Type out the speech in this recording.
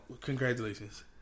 Congratulations